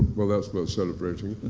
well, that's not celebrating.